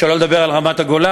שלא לדבר על רמת-הגולן.